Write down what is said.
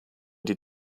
die